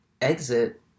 exit